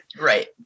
Right